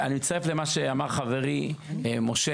אני מצטרף למה שאמר חברי משה,